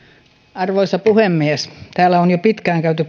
arvoisa puhemies täällä on jo pitkään käyty